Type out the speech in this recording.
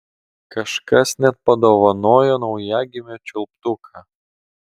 kažkas net padovanojo naujagimio čiulptuką